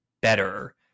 better